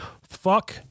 fuck